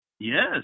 Yes